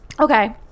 Okay